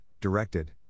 directed